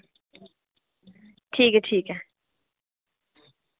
ठीक ऐ ठीक ऐ